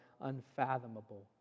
unfathomable